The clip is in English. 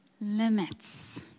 limits